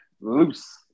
loose